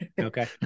Okay